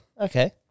Okay